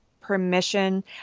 permission